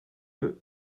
eux